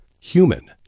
human